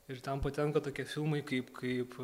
ir ten patenka tokie filmai kaip kaip